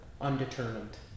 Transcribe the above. undetermined